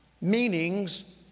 meanings